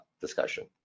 discussion